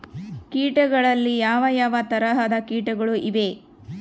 ಕೇಟಗಳಲ್ಲಿ ಯಾವ ಯಾವ ತರಹದ ಕೇಟಗಳು ಇವೆ?